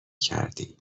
کردی